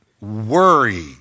Worry